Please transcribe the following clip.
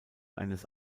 eines